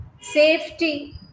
safety